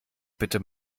bitte